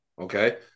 okay